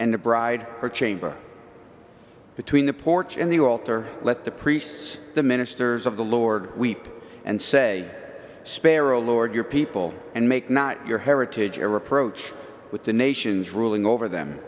and the bride or chamber between the porch and the altar let the priests the ministers of the lord weep and say sparrow lord your people and make not your heritage or reproach with the nations ruling over them